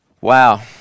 Wow